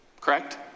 Correct